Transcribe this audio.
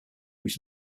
his